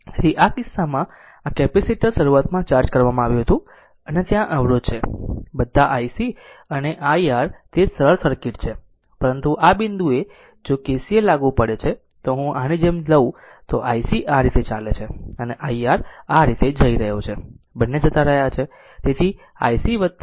તેથી આ કિસ્સામાં આ કેપેસિટર શરૂઆતમાં ચાર્જ કરવામાં આવ્યું હતું અને ત્યાં અવરોધ છે બધા ic અને ir તે એક સરળ સર્કિટ છે પરંતુ આ બિંદુએ જો KCL લાગુ પડે છે તો જો હું આની જેમ લઉં તો ic આ રીતે ચાલે છે અને ir આ રીતે જઇ રહ્યો છે બંને જતા રહ્યા છે